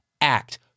act